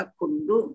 kundu